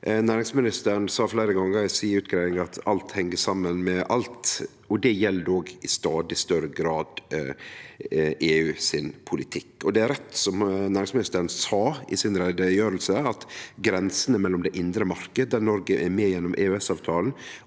Næringsministeren sa fleire gonger i utgreiinga si at alt heng saman med alt, og det gjeld òg i stadig større grad EUs politikk. Det er rett som næringsministeren sa i utgreiinga si, at grensene mellom den indre marknaden, der Noreg er med gjennom EØS-avtalen,